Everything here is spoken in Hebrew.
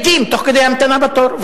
מתים תוך כדי המתנה בתור,